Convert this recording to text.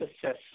success